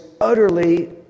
utterly